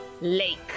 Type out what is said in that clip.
lake